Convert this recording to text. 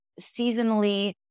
seasonally